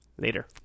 Later